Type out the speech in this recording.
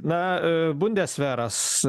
na a bundesveras